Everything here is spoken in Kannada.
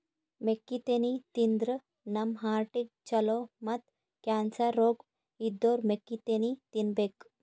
ಮೆಕ್ಕಿತೆನಿ ತಿಂದ್ರ್ ನಮ್ ಹಾರ್ಟಿಗ್ ಛಲೋ ಮತ್ತ್ ಕ್ಯಾನ್ಸರ್ ರೋಗ್ ಇದ್ದೋರ್ ಮೆಕ್ಕಿತೆನಿ ತಿನ್ಬೇಕ್